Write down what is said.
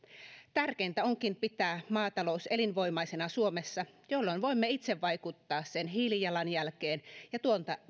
tärkeintä onkin pitää maatalous elinvoimaisena suomessa jolloin voimme itse vaikuttaa sen hiilijalanjälkeen ja